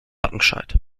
wattenscheid